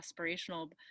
aspirational